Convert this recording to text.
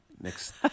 next